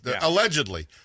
allegedly